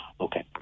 Okay